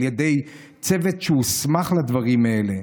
על ידי צוות שהוסמך לדברים האלה.